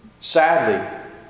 Sadly